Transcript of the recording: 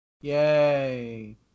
Yay